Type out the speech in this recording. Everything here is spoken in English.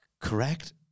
correct